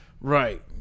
Right